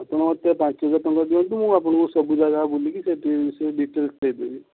ଆପଣ ମୋତେ ପାଞ୍ଚହଜାର ଟଙ୍କା ଦିଅନ୍ତୁ ମୁଁ ଆପଣଙ୍କୁ ସବୁ ଜାଗା ବୁଲିକି ସେଠି ସବୁ ଡିଟେଲ୍ସ ଦେଇଦେବି